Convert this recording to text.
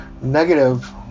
negative